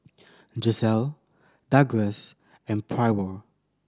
Gisele Douglas and Pryor